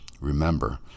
Remember